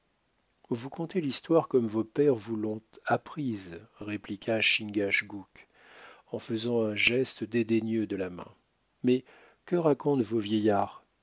vous contez l'histoire comme vos pères vous l'ont apprise répliqua chingachgook en faisant un geste dédaigneux de la main mais que racontent vos vieillards